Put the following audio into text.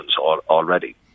already